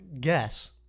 guess